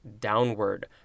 downward